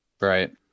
Right